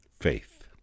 Faith